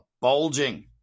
bulging